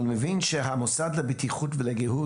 אבל אני מבין שהמוסד לבטיחות ולהגות